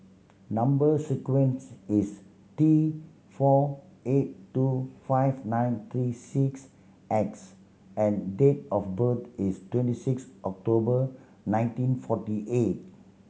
number sequence is T four eight two five nine three six X and date of birth is twenty six October nineteen forty eight